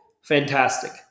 fantastic